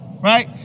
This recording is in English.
right